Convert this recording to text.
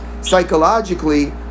psychologically